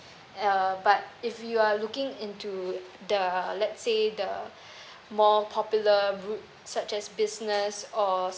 and uh but if you are looking into the let's say the more popular route such as business or